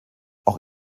auch